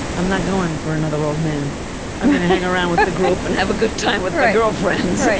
i'm not going for another old man. i'm going to hang around with the group and have a good time with my girlfriends.